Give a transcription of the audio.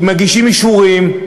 הם מגישים אישורים,